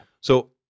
So-